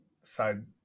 side